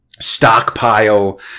stockpile